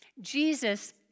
Jesus